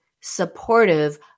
supportive